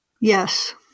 Yes